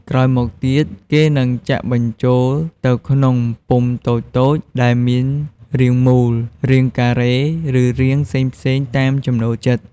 ក្រោយមកទៀត គេនឹងចាក់បញ្ចូលទៅក្នុងពុម្ពតូចៗដែលមានរាងមូល រាងការ៉េ ឬរាងផ្សេងៗតាមចំណូលចិត្ត។